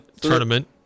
tournament